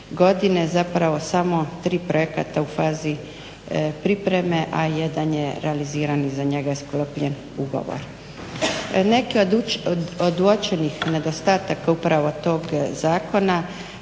2008.godine zapravo samo tri projekta u fazi pripreme, a jedan je realiziran i za njega je sklopljen ugovor. Neke od uočenih nedostataka upravo tog zakona